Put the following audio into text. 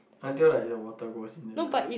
until like the water goes in then like